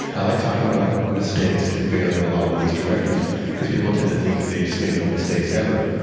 i like talking about mistakes and failure a lot with these directors because people tend to think they just make no mistakes ever,